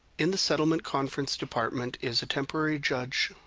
in the settlement conference department is a temporary judge,